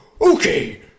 Okay